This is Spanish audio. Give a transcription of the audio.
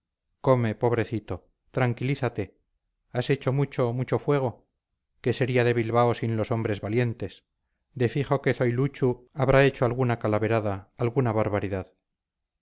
come pobrecito tranquilízate has hecho mucho mucho fuego qué sería de bilbao sin los hombres valientes de fijo que zoiluchu habrá hecho alguna calaverada alguna barbaridad